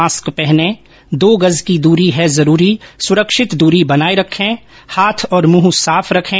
mask पहनें दो गज़ की दूरी है जरूरी सुरक्षित दूरी बनाए रखें हाथ और मुंह साफ रखें